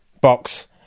Box